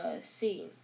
scene